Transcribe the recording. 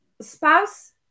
spouse